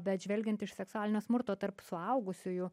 bet žvelgiant iš seksualinio smurto tarp suaugusiųjų